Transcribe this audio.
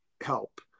help